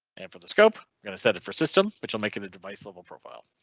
and for the scope going to set it for system which will make it a device level profile.